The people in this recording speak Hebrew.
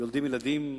מולידים ילדים,